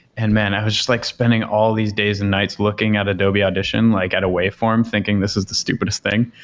and man, i was just like spending all these days and nights looking at adobe audition like at a waveform thinking this is the stupidest thing,